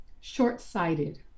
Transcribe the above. short-sighted